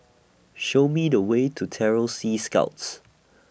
Show Me The Way to Terror Sea Scouts